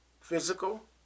physical